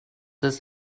this